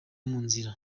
munzira